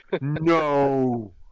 No